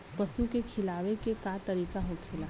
पशुओं के खिलावे के का तरीका होखेला?